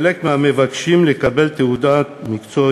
חלק מהמבקשים לקבל תעודת מקצוע